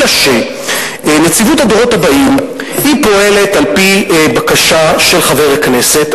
אלא שהוא פועל על-פי בקשה של חבר הכנסת.